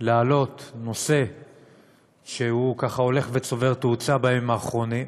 להעלות נושא שככה הולך וצובר תאוצה בימים האחרונים,